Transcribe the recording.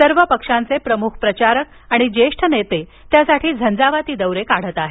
सर्व पक्षांचे प्रमुख प्रचारक आणि ज्येष्ठ नेते त्यासाठी झंझावाती दौरे काढत आहेत